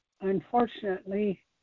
Unfortunately